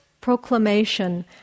proclamation